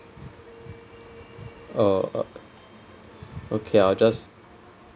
oh o~ okay I'll just